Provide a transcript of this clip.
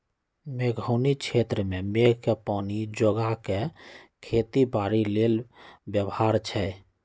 मेघोउनी क्षेत्र में मेघके पानी जोगा कऽ खेती बाड़ी लेल व्यव्हार छै